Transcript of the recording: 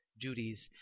duties